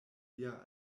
lia